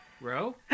Bro